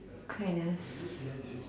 kindness